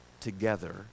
together